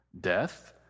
Death